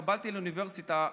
התקבלתי לאוניברסיטה,